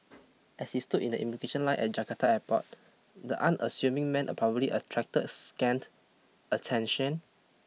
as he stood in the immigration line at Jakarta airport the unassuming man probably attracted scant attention